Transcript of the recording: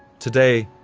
today,